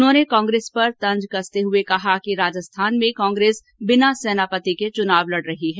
उन्होंने कांग्रेस पर तंज कसते हए कहा कि राजस्थान में कांग्रेस बिना सेनापति के चूनाव लड़ रही है